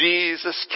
Jesus